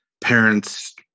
parents